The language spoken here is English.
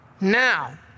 Now